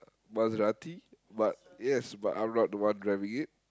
Maserati but yes but I'm not the one driving it